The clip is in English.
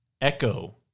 Echo